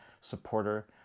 supporter